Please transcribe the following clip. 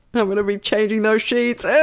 i'm going to be changing those sheets.